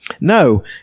No